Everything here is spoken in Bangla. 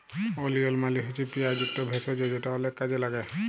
ওলিয়ল মালে হছে পিয়াঁজ ইকট ভেষজ যেট অলেক কাজে ল্যাগে